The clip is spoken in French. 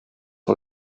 sur